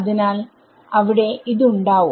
അതിനാൽ അവിടെ ഉണ്ടാവും